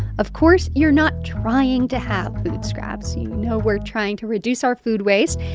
of course, you're not trying to have food scraps. you know, we're trying to reduce our food waste,